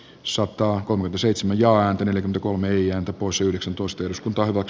sota on oma seitsemän ja yli kolme ian opus yhdeksäntoista iskut ovat